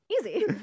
Easy